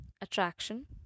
Attraction